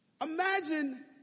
Imagine